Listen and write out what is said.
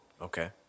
Okay